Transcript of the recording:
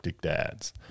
Dads